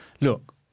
look